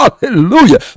Hallelujah